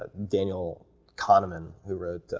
but daniel kahneman, who wrote